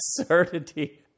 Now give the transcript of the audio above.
absurdity